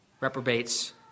reprobates